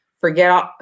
forget